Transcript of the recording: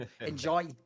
Enjoy